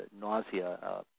nausea